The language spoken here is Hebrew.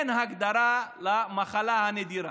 אין הגדרה למחלה הנדירה,